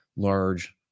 large